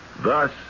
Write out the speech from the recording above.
Thus